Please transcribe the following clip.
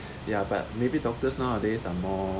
ya but maybe doctors nowadays are more